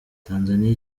tanzaniya